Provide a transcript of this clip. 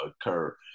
occur